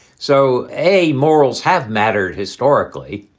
so a morals have mattered historically,